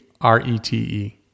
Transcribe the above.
R-E-T-E